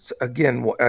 again